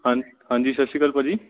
ਹਾਂਜੀ ਹਾਂਜੀ ਸਤਿ ਸ਼੍ਰੀ ਅਕਾਲ ਭਾਅ ਜੀ